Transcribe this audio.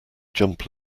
jump